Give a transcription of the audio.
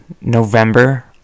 November